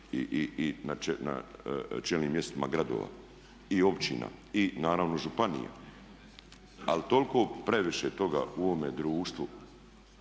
i na čelnim mjestima gradova i općina i naravno županija. Ali toliko previše toga u ovome društvu